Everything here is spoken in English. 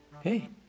Hey